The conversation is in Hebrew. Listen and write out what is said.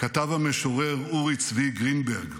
כתב המשורר אורי צבי גרינברג